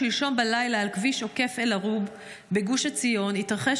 שלשום בלילה על כביש עוקף אל-ערוב בגוש עציון התרחש